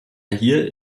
hier